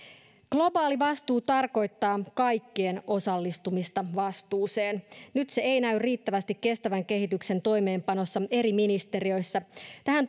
globaali vastuu tarkoittaa kaikkien osallistumista vastuuseen nyt se ei näy riittävästi kestävän kehityksen toimeenpanossa eri ministeriöissä tähän